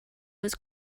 was